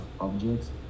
objects